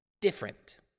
different